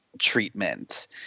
Treatment